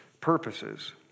purposes